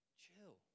chill